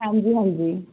ਹਾਂਜੀ ਹਾਂਜੀ